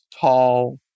tall